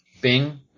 Bing